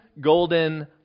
golden